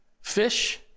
fish